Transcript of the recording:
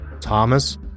Thomas